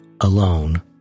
alone